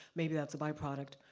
maybe that's a byproduct,